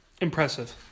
Impressive